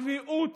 הצביעות